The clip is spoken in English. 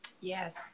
Yes